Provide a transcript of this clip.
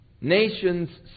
Nations